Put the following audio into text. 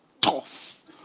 Tough